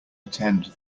attend